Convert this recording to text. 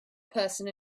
person